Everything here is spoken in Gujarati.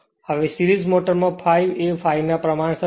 હવે સિરીજ મોટર માં ∅ એ ∅ ના પ્રમાણસર છે